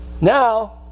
Now